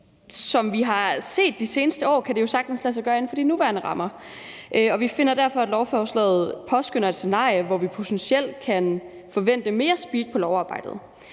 som vi har set de seneste år, kan det jo sagtens lade sig gøre inden for de nuværende rammer, og vi finder derfor, at vi med lovforslaget potentielt kan forvente mere speed på lovarbejdet.